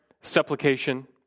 supplication